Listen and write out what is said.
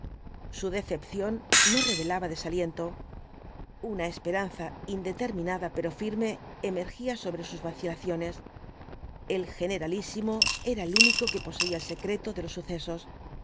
su decepción no revelaba desaliento una esperanza indeterminada pero firme emergía sobre sus vacilaciones el generalísimo era el único que poseía el secreto de los sucesos